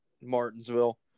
Martinsville